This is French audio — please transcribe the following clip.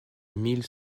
mille